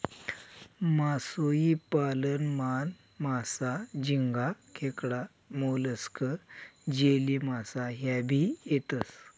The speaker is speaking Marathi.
मासोई पालन मान, मासा, झिंगा, खेकडा, मोलस्क, जेलीमासा ह्या भी येतेस